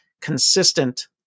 consistent